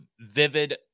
vivid